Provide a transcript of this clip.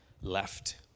left